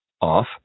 off